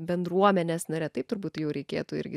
bendruomenės nare taip turbūt jau reikėtų irgi